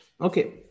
Okay